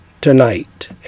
tonight